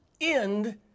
end